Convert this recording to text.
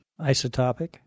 Isotopic